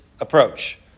approach